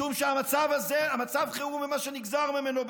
משום שמצב החירום ומה שנגזר ממנו,